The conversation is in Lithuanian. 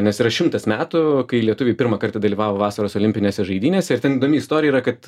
nes yra šimtas metų kai lietuviai pirmą kartą dalyvavo vasaros olimpinėse žaidynėse ir ten įdomi istorija yra kad